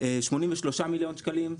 83 מיליון שקלים,